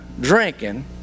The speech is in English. drinking